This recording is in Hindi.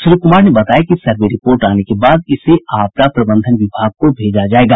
श्री कुमार ने बताया कि सर्वे रिपोर्ट आने के बाद इसे आपदा प्रबंधन विभाग को भेजा जायेगा